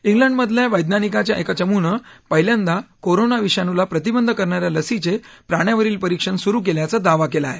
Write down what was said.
इंग्लंडमधल्या वैज्ञानिकांच्या एका चमुनं पहिल्यांदा कोरोना विषाणूला प्रतिबंध करणाऱ्या लसीचे प्राण्यावरील परिक्षण सुरु केल्याचा दावा केला आहे